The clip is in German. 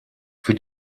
für